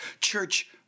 church